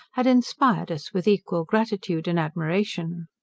had inspired us with equal gratitude and admiration.